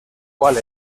cuál